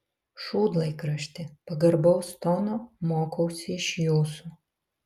šūdlaikrašti pagarbaus tono mokausi iš jūsų